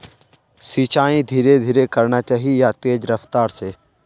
सिंचाई धीरे धीरे करना चही या तेज रफ्तार से?